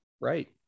Right